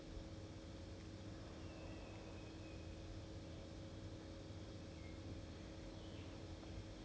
orh so even though you're not flying lah you you you still will be going for recurrent or the the recovery lah